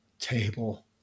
table